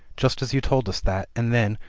just as you told us that, and then,